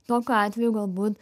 tokiu atveju galbūt